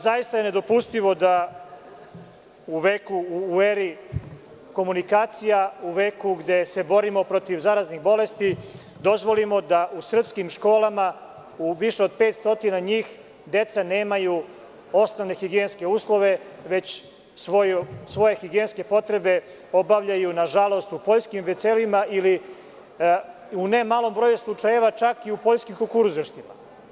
Zaista je nedopustivo da u eri komunikacija, u veku gde se borimo protiv zaraznih bolesti dozvolimo da u srpskim školama, u više od 500 njih, deca nemaju osnovne higijenske uslove, već svoje higijenske potrebe obavljaju, nažalost, u poljskim toaletima ili, u ne malom broju slučajeva, čak i poljskim kukuruzištima.